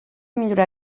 millorar